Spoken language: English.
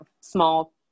small